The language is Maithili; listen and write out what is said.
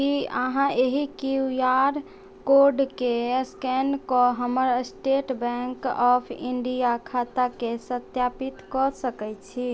की अहाँ एहि क्यू आर कोडके स्कैन कऽ हमर स्टेट बैङ्क ऑफ इण्डिया खाताकेँ सत्यापित कऽ सकैत छी